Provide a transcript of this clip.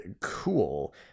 Cool